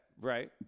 right